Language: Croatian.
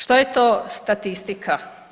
Što je to statistika?